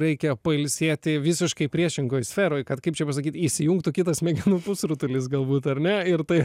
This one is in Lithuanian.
reikia pailsėti visiškai priešingoj sferoj kad kaip čia pasakyt įsijungtų kitas smegenų pusrutulis galbūt ar ne ir tai